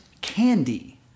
Candy